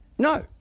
No